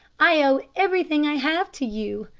i owe everything i have to you.